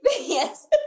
Yes